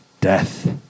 death